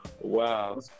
wow